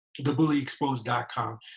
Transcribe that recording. TheBullyExposed.com